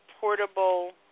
portable